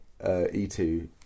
E2